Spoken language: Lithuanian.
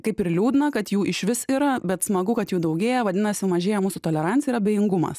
kaip ir liūdna kad jų išvis yra bet smagu kad jų daugėja vadinasi mažėja mūsų tolerancija ir abejingumas